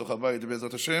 לתוך הבית, בעזרת השם.